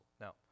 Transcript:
Now